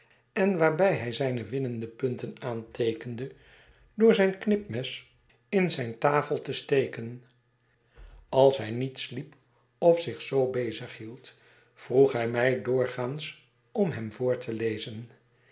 en waarbij hij zijne winnende punten aanteekende door zijn knipmes in de tafel te steken als hij niet sliep of zich zoo bezig hield vroeg hij mij doorgaans om hem voor te lezen